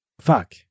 fuck